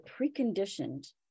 preconditioned